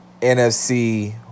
NFC